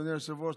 אדוני היושב-ראש,